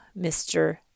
Mr